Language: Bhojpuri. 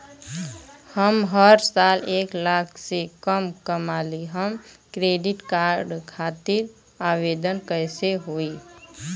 हम हर साल एक लाख से कम कमाली हम क्रेडिट कार्ड खातिर आवेदन कैसे होइ?